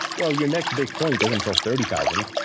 well, your next big point isn't until thirty thousand.